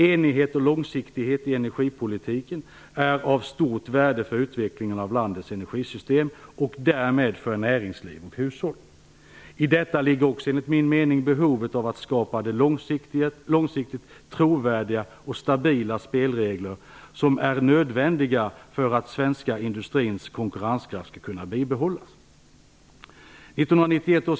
Enighet och långsiktighet i energipolitiken är av stort värde för utvecklingen av landets energisystem - och därmed för näringsliv och hushåll. I detta ligger också, enligt min mening, behovet av att skapa de långsiktigt trovärdiga och stabila spelregler som är nödvändiga för att den svenska industrins konkurrenskraft skall kunna bibehållas.